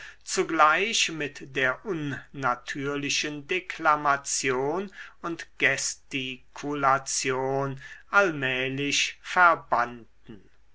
zugleich mit der unnatürlichen deklamation und gestikulation allmählich verbannten